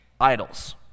Idols